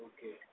Okay